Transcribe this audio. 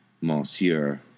Monsieur